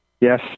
yes